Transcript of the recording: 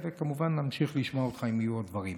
וכמובן נמשיך לשמוע אותך אם יהיו עוד דברים.